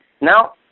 Now